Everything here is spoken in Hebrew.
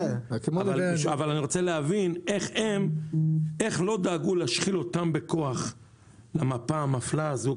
אבל אני רוצה להבין איך לא דאגו להשחיל אותם בכוח למפה המפלה הזאת,